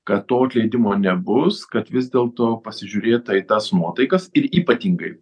kad to atleidimo nebus kad vis dėl to pasižiūrėta į tas nuotaikas ir ypatingai